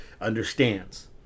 understands